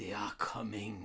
they are coming